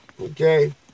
Okay